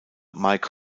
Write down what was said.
mike